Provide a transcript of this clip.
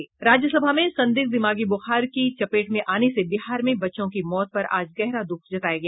राज्य सभा में संदिग्ध दिमागी ब्रखार की चपेट में आने से बिहार में बच्चों की मौत पर आज गहरा दुःख जताया गया